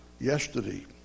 yesterday